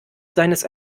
seines